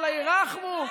אללה ירחמו,